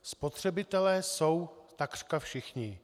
Spotřebitelé jsou takřka všichni.